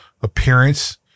appearance